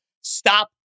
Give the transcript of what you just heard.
stop